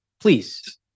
Please